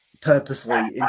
purposely